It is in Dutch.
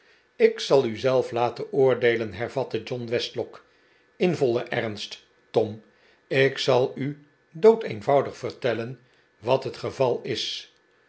ik zal u zelf lajen oordeelen hervatte john westlock in vollen ernst tom ik zal u doodeenvoudig vertellen wat het geval is